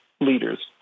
leaders